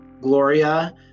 Gloria